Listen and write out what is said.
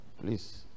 Please